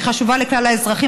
היא חשובה לכלל האזרחים,